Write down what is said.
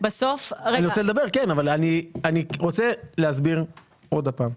רוצה להסביר עוד הפעם,